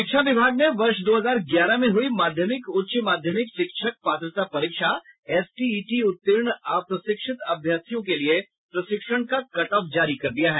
शिक्षा विभाग ने वर्ष दो हजार ग्यारह में हुई माध्यमिक उच्च माध्यमिक शिक्षक पात्रता परीक्षा एसटीईटी उत्तीर्ण अप्रशिक्षित अभ्यर्थियों के लिए प्रशिक्षण का कट् ऑफ जारी कर दिया है